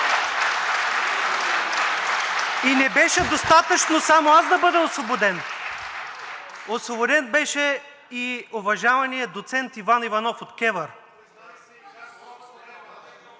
И не беше достатъчно само аз да бъда освободен, освободен беше и уважаваният доцент Иван Иванов от КЕВР.